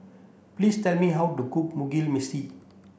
please tell me how to cook Mugi Meshi